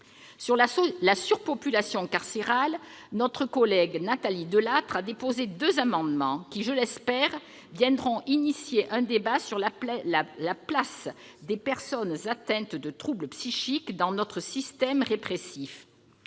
la surpopulation carcérale, notre collègue Nathalie Delattre a déposé deux amendements qui, je l'espère, permettront d'engager un débat sur la place des personnes atteintes de troubles psychiques dans notre système répressif.